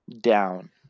down